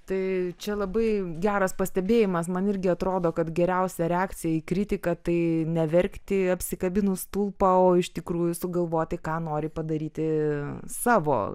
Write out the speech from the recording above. tai čia labai geras pastebėjimas man irgi atrodo kad geriausia reakcija į kritiką tai ne verkti apsikabinus stulpą o iš tikrųjų sugalvoti ką nori padaryti savo